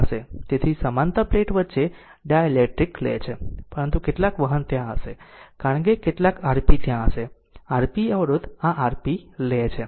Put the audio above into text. તેથી સમાંતર પ્લેટ વચ્ચે ડાઇલેક્ટ્રિક લે છે પરંતુ કેટલાક વહન ત્યાં હશે કારણ કે કેટલાક Rp ત્યાં હશે કે Rp અવરોધ આ Rp લે છે